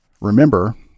Remember